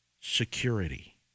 security